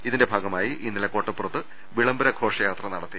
ഇതിന്റെ ഭാഗമായി ഇന്നലെ കോട്ടപ്പുറത്ത് വിളംബര ഘോഷയാത്ര നടത്തി